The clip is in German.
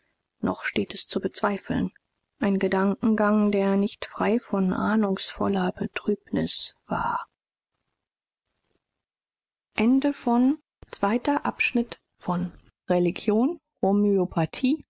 noch steht es zu bezweifeln ein gedankengang der nicht frei von ahnungsvoller betrübnis war